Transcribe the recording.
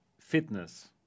fitness